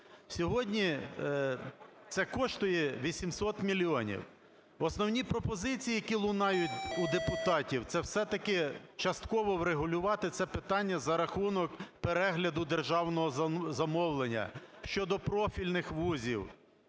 Сьогодні це коштує 800 мільйонів. Основні пропозиції, які лунають у депутатів, це все-таки частково врегулювати це питання за рахунок перегляду державного замовлення щодо профільних вузів.